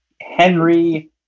Henry